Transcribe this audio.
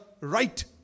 right